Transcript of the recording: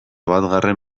batgarren